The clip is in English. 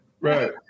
Right